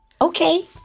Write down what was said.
Okay